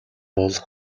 бол